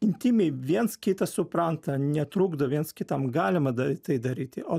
intymiai viens kitą supranta netrukdo viens kitam galima da tai daryti o